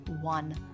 one